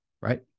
right